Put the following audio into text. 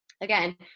again